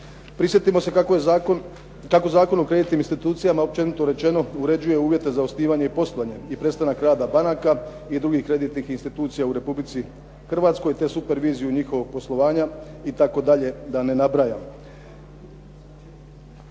Prisjetimo se kako Zakon o kreditnim institucijama općenito rečeno uređuje uvjete za osnivanje i poslovanje i prestanak rada banaka i drugih kreditnih institucija u Republici Hrvatskoj te superviziju njihovog poslovanja itd., da ne nabrajam.